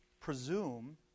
presume